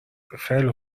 خیلی